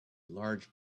large